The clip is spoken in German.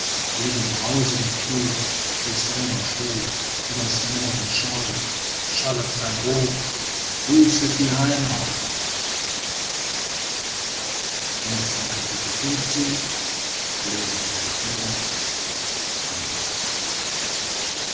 der den grausigen fluch sich selber schuf uebers meer hin schaurig schallet sein ruf grüßet die heimat